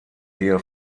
ehe